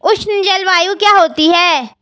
उष्ण जलवायु क्या होती है?